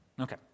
Okay